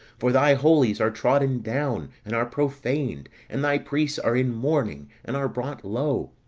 for thy holies are trodden down, and are profaned, and thy priests are in mourning, and are brought low.